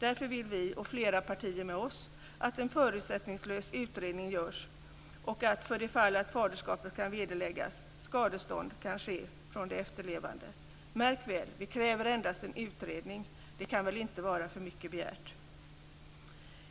Därför vill Moderaterna, och flera partier med oss, att en förutsättningslös utredning görs och att, för det fall faderskapet kan vederläggas, skadeståndstalan kan ske från de efterlevande. Märk väl, vi kräver endast en utredning. Det kan väl inte vara för mycket begärt.